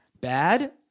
bad